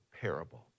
parable